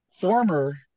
former